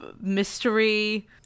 Mystery